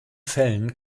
fällen